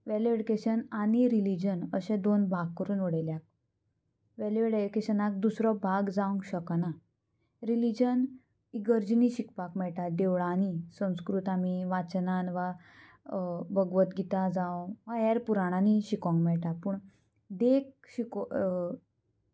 value education आनी religion अशे दोन भाग करून उडयल्या वेल्यू एडुकेशनाक दुसरो भाग जावंक शकना रिलीजन इगर्जीनी शिकपाक मेळटा देवळांनी संस्कृतांनी वाचनान वा भगवद गीता जावं वा हेर पुराणांनी शिकोंक मेळटा पूण देख शिको